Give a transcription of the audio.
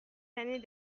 l’année